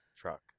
truck